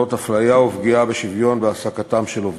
המונעות אפליה ופגיעה בשוויון בהעסקתם של עובדים.